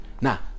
now